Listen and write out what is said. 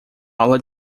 aula